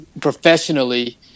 professionally